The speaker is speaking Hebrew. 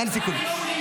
אין סיכום.